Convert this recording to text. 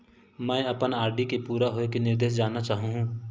मैं अपन आर.डी के पूरा होये के निर्देश जानना चाहहु